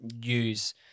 use